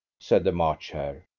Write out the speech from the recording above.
said the march hare.